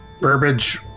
Burbage